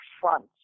front